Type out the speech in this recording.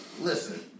Listen